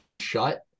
shut